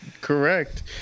correct